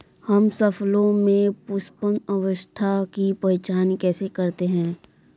हम फसलों में पुष्पन अवस्था की पहचान कैसे करते हैं?